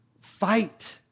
fight